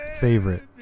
favorite